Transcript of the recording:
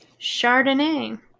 Chardonnay